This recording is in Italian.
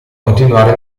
continuare